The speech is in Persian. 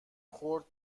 خورد